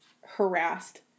harassed